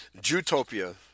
Jutopia